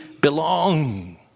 belong